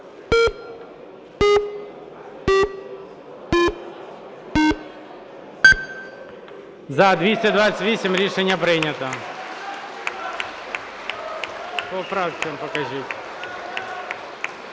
За-325 Рішення прийнято.